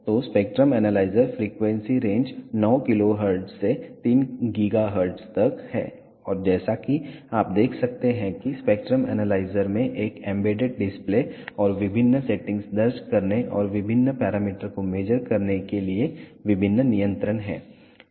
तो spectrum analyser frequency range 9 kHz से 3 GHz तक है और जैसा कि आप देख सकते हैं कि स्पेक्ट्रम एनालाइजर में एक एम्बेडेड डिस्प्ले और विभिन्न सेटिंग्स दर्ज करने और विभिन्न पैरामीटर को मेज़र करने के लिए विभिन्न नियंत्रण हैं